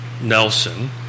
Nelson